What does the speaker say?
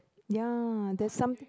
ya there's something